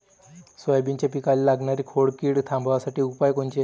सोयाबीनच्या पिकाले लागनारी खोड किड थांबवासाठी उपाय कोनचे?